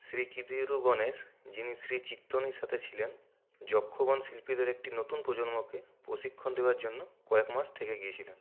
শ্রী কিদিয়ুরু গণেশ যিনি শ্রী চিত্তনির সাথে ছিলেন যক্ষগণ শিল্পীদের একটি নতুন প্রজন্মকে প্রশিক্ষণ দেওয়ার জন্য কয়েক মাস থেকে গিয়েছিলেন